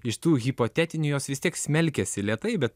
iš tų hipotetinių jos vis tiek smelkiasi lėtai bet